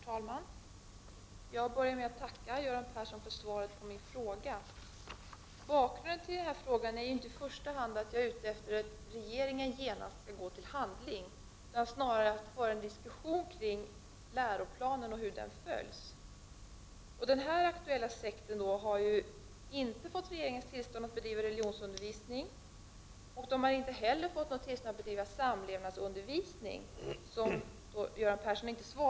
Herr talman! Jag börjar med att tacka Göran Persson för svaret på min fråga. Bakgrunden till denna fråga är inte i första hand att jag är ute efter att regeringen genast skall gå till handling, utan jag är snarare ute efter att få föra en diskussion kring läroplanen och hur den följs. Den i detta sammanhang aktuella sekten har inte fått regeringens tillstånd att bedriva religionsundervisning och inte heller att bedriva samlevnadsundervisning. Det senare svarade Göran Persson inte på.